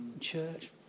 church